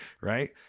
right